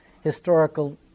historical